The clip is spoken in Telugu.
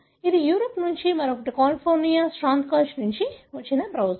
ఇది యూరప్ నుండి మరొకటి కాలిఫోర్నియా శాంతాక్రజ్ నుండి వచ్చిన బ్రౌజర్స్